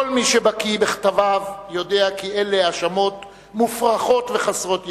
כל מי שבקי בכתביו יודע כי אלה האשמות מופרכות וחסרות יסוד.